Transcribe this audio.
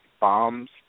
bombs